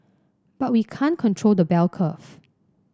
but we can't control the bell curve